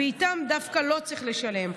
ואיתן לא צריך לשלם.